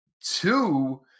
Two